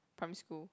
primary school